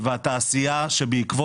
לעצמאים ובעלי